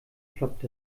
ploppt